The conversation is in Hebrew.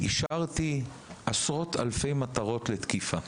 אישרתי עשרות אלפי מטרות לתקיפה.